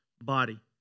body